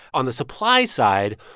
on the supply side,